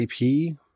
IP